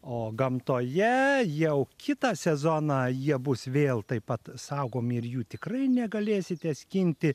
o gamtoje jau kitą sezoną jie bus vėl taip pat saugomi ir jų tikrai negalėsite skinti